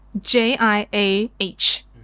J-I-A-H